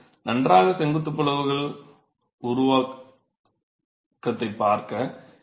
எனவே நன்றாக செங்குத்து பிளவுகள் உருவாக்கத்தை பார்க்க